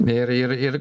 ir ir ir